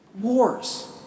wars